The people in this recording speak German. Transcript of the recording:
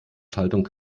schaltung